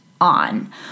on